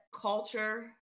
culture